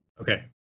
Okay